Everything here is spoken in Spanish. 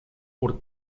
por